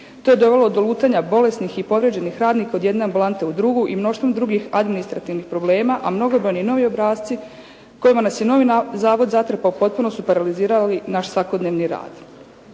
To je dovelo do lutanja bolesnih i povrijeđenih radnika od jedne ambulante u drugu i mnoštvom drugih administrativnih problema, a mnogobrojni novi obrasci kojima nas je novi zavod zatrpao potpuno su paralizirali naš svakodnevni rad.“